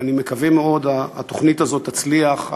ואני מקווה מאוד שהתוכנית הזו תצליח,